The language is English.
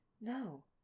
No